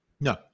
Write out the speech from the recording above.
no